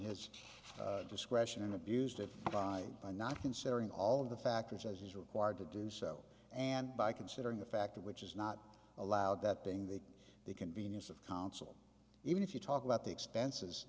his discretion and abused it by by not considering all of the factors as is required to do so and by considering a factor which is not allowed that being the the convenience of counsel even if you talk about the expenses